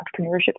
entrepreneurship